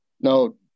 No